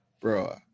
Bro